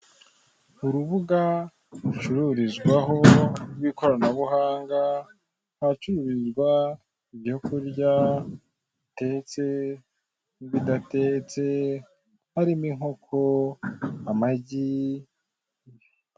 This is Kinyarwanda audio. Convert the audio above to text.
Urubuga rucururizwaho rw'ikorana buhanga, ahacururizwa ibyo kurya bitetse ndetse n'ibidatetse, harimo inkoko, amagi,